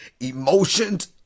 emotions